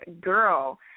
girl